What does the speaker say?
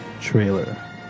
trailer